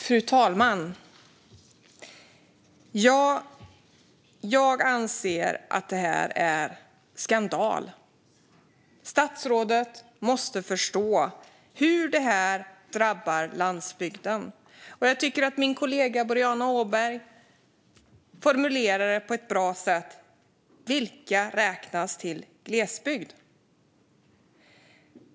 Fru talman! Jag anser att detta är skandal. Statsrådet måste förstå hur detta drabbar landsbygden. Jag tycker att min kollega Boriana Åberg formulerade det på ett bra sätt. Vilka räknas till glesbygd?